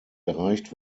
erreicht